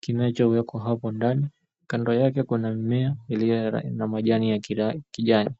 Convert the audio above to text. kinachowekwa hapo ndani. Kando yake kuna mimea iliyo na majani ya kijani.